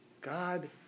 God